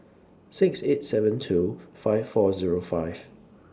six eight seven two five four Zero five